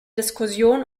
diskussion